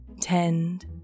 tend